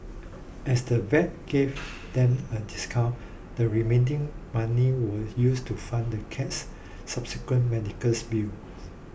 as the vet gave them a discount the remaining money was used to fund the cat's subsequent medicals bills